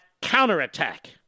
counterattack